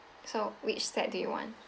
so which set do you want